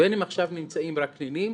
בין אם עכשיו נמצאים רק נינים,